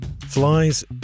Flies